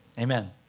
Amen